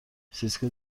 سیسکو